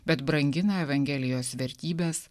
bet brangina evangelijos vertybes